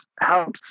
helps